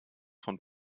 von